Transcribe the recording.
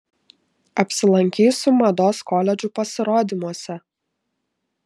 apsilankysiu mados koledžų pasirodymuose